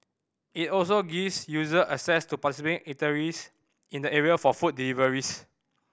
it also gives user access to participating eateries in the area for food deliveries